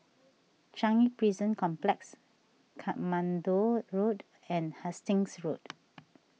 Changi Prison Complex Katmandu Road and Hastings Road